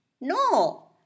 No